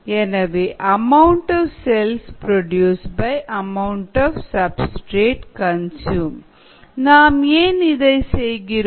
Yxs amount of cells producedamount of substrate consumed நாம் ஏன் இதை செய்கிறோம்